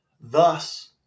thus